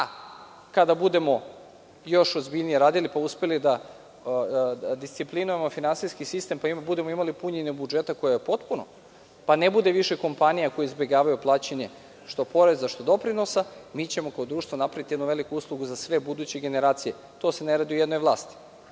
prava. Kada budemo još ozbiljnije radili, pa uspeli da disciplinujemo finansijski sistem, pa budemo imali punjenje budžeta koje je potpuno, pa ne bude više kompanija koje izbegavaju plaćanje što poreza, što doprinosa, mi ćemo kao društvo napraviti jednu veliku uslugu za sve buduće generacije. To se ne radi u jednoj vlasti.